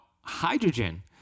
hydrogen